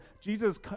Jesus